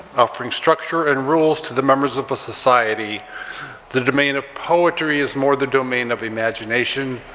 offering structure and rules to the members of a society the domain of poetry is more the domain of imagination,